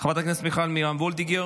חברת הכנסת מיכל מרים וולדיגר,